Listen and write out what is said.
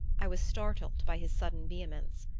i was startled by his sudden vehemence.